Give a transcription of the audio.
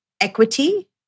equity